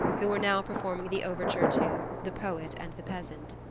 who were now performing the overture to the poet and the peasant.